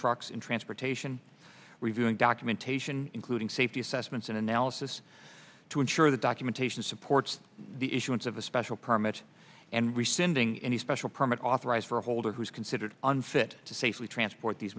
trucks and transportation reviewing documentation including safety assessments and analysis to ensure the documentation supports the issuance of a special permit and rescinding any special permit authorized for a holder who is considered unfit to safely transport these